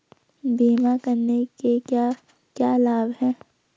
बीमा करने के क्या क्या लाभ हैं?